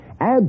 Add